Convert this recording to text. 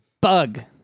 Bug